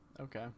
okay